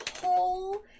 whole